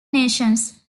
nations